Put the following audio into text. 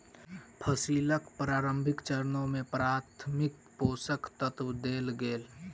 फसीलक प्रारंभिक चरण में प्राथमिक पोषक तत्व देल गेल